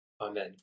Amen